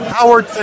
Howard